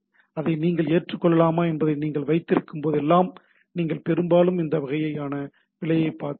அதை நீங்கள் ஏற்றுக் கொள்ளலாமா என்பதை நீங்கள் வைத்திருக்கும் போதெல்லாம் நீங்கள் பெரும்பாலும் இந்த வகையான பிழையைப் பார்க்கிறீர்கள்